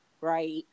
right